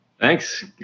Thanks